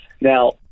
Now